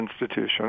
institution